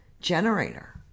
generator